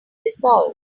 resolved